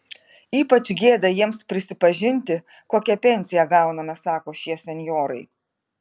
ypač gėda jiems prisipažinti kokią pensiją gauname sako šie senjorai